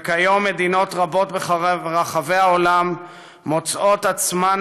וכיום מדינות רבות ברחבי העולם מוצאות עצמן